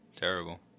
Terrible